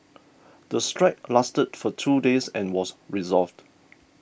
the strike lasted for two days and was resolved